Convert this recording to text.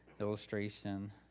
illustration